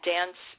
Dance